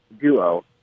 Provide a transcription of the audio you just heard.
duo